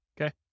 Okay